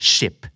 Ship